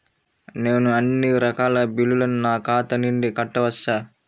నేను అన్నీ రకాల బిల్లులను నా ఖాతా నుండి కట్టవచ్చా?